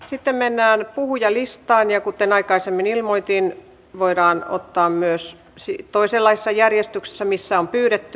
sitten mennään puhujalistaan ja kuten aikaisemmin ilmoitin voidaan ottaa puheenvuoroja myös toisenlaisessa järjestyksessä kuin missä on pyydetty